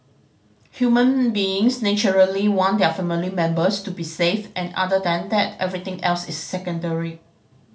human beings naturally want their family members to be safe and other than that everything else is secondary